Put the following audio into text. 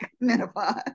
menopause